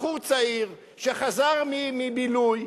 בחור צעיר שחזר מבילוי,